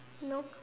nope